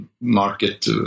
market